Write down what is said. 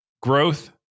growth